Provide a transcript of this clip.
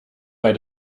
bei